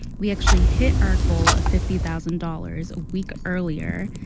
we actually hit our goal of fifty thousand dollars a week earlier.